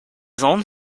zones